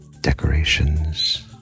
decorations